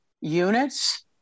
units